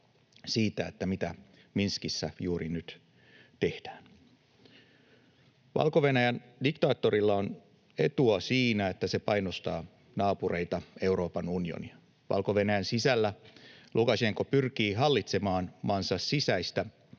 että mitä Minskissä juuri nyt tehdään. Valko-Venäjän diktaattorilla on etua siinä, että maa painostaa naapureitaan, Euroopan unionia. Valko-Venäjän sisällä Lukašenka pyrkii hallitsemaan maansa sisäistä